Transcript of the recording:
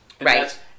Right